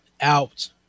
out